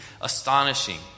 astonishing